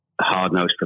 hard-nosed